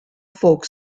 folk